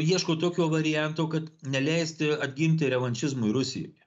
ieško tokio varianto kad neleisti atgimti revanšizmui rusijoje